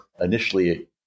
initially